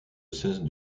cesse